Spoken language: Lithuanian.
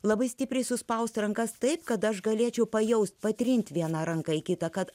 labai stipriai suspausti rankas taip kad aš galėčiau pajausti patrinti viena ranka į kitą kad